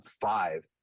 five